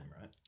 right